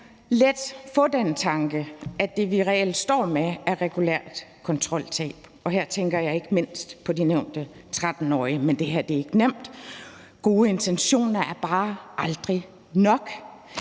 let få den tanke, at det, vi reelt står med, er et regulært kontroltab, og her tænker jeg ikke mindst på de nævnte 13-årige. Men det her er ikke nemt. Gode intentioner er bare aldrig nok,